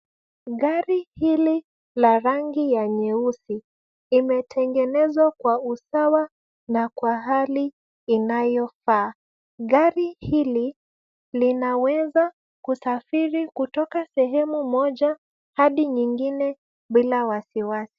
Gari hili ya rangi ya nyeusi limetengenezwa kwa usawa na kwa hali inayofaa' Gari hili linaweza kusafiri kutoka sehemu moja hadi nyingine bila wasiwasi.